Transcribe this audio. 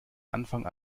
anfang